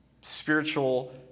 spiritual